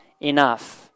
enough